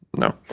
no